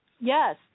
Yes